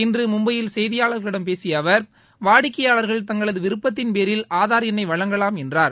இன்று மும்பையில் செய்தியாளர்களிடம் பேசிய அவர் வாடிக்கையாளர்கள் தங்களது விருப்பத்தின்பேரில் ஆதார் எண்ணை வழங்கலாம் என்றார்